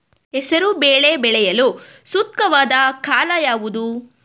ಹೆಸರು ಬೇಳೆ ಬೆಳೆಯಲು ಸೂಕ್ತವಾದ ಕಾಲ ಯಾವುದು?